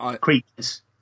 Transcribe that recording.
creatures